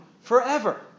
forever